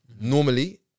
normally